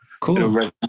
cool